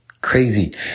Crazy